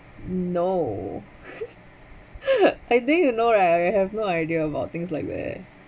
no I think you know right I have no idea about things like leh